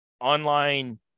online